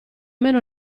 meno